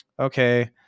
Okay